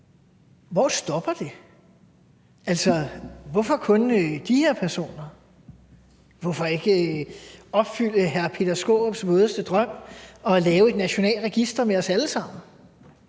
hvor stopper det? Hvorfor kun de her personer? Hvorfor ikke opfylde hr. Peter Skaarups vådeste drøm og lave et nationalt register over os alle sammen?